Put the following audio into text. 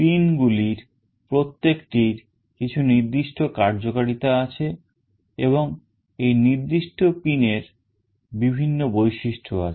pin গুলির প্রত্যেকটির কিছু নির্দিষ্ট কার্যকারিতা আছে এবং এই নির্দিষ্ট pinএর বিভিন্ন বৈশিষ্ট্য আছে